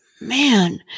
man